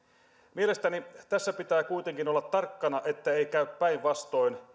mielestäni tässä pitää kuitenkin olla tarkkana että ei käy päinvastoin